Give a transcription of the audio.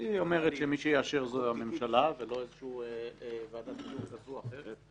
היא אומרת שמי שיאשר זו הממשלה ולא איזושהי ועדת איתור כזאת או אחרת.